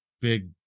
big